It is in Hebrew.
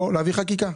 או להביא חקיקה.